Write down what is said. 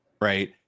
Right